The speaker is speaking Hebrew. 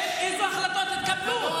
אין ממשלה.